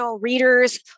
readers